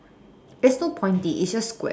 there's no pointy it's just Square